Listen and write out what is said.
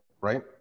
right